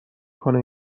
کنه